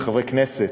כחברי כנסת,